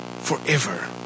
forever